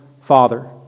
father